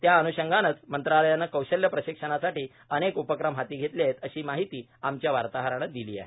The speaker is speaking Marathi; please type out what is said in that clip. त्या अन्षंगानंच मंत्रालयानं कौशल्य प्रशिक्षणासाठी अनेक उपक्रम हाती घेतले आहेत अशी माहिती आमच्या वार्ताहरांन दिली आहे